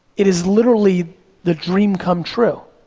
it is literally the dream come true.